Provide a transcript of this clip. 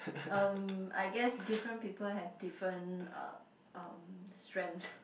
um I guess different people have different uh um strengths